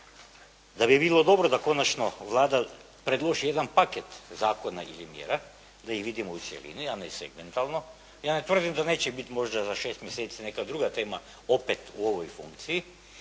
da bi bilo dobro da konačno Vlada predloži jedan paket zakona ili mjera da ih vidimo u cjelini, a ne segmentalno. Ja ne tvrdim da neće biti možda za 6 mjeseci neka druga tema opet u ovoj funkciji,